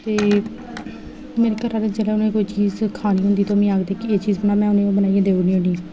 ते मेरे घरैआह्लें गी जिसलै कोई चीज़ खानी होंदी ते मीं आखदे की एह् चीज़ बनाऽ ते में बनाइयै देई ओड़नी ते